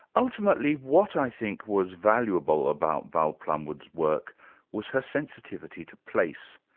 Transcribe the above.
ultimately, what i think was valuable about val plumwood's work was her sensitivity to place.